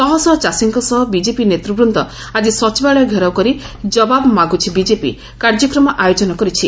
ଶହଶହ ଚାଷୀଙ୍କ ସହ ବିଜେପି ନେତୃବୃନ୍ଦ ଆଜି ସଚିବାଳୟ ଘେରାଉ କରି 'ଜବାବ ମାଗୁଛି ବିଜେପି' କାର୍ଯ୍ୟକ୍ରମ ଆୟୋଜନ କରିଛି